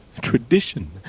tradition